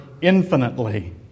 infinitely